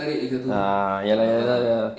a'ah ya lah ya lah ya lah